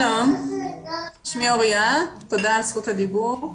תודה על זכות הדיבור.